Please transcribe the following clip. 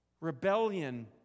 Rebellion